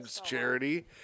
Charity